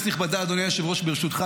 ברשותך,